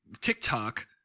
TikTok